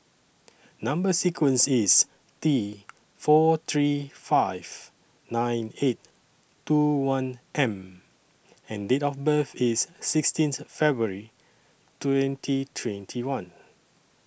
Number sequence IS T four three five nine eight two one M and Date of birth IS sixteenth February twenty twenty one